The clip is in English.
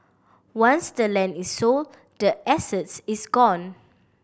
once the land is sold the asset is gone